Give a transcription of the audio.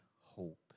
hope